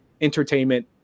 Entertainment